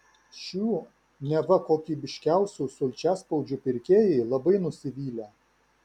šių neva kokybiškiausių sulčiaspaudžių pirkėjai labai nusivylę